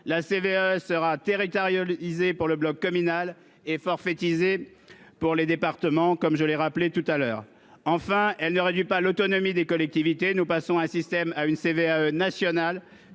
Elle sera territorialisée pour le bloc communal et forfaitisée pour les départements, comme je l'ai rappelé tout à l'heure. Enfin, il ne s'agit pas de réduire l'autonomie des collectivités. Nous passons d'un système de CVAE nationale,